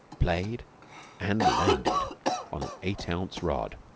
played and landed on an eight-ounce rod.